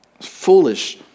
foolish